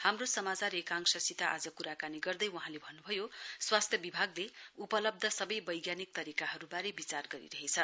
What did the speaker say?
हाम्रो समाचार एकांशसित आज कुराकानी गर्दै वहाँले भन्नुभयो स्वास्थ्य विभागले उपलब्ध सवै वैज्ञानिक तरीकाहरुवारे विचार गरिरहेछ